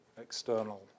external